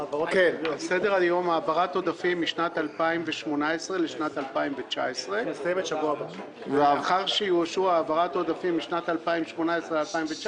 סדר-היום: העברת עודפים משנת 2018 לשנת 2019. לאחר שתאושר העברת העודפים משנת 2018 ל-2019,